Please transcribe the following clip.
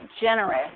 generous